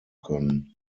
können